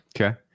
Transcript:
Okay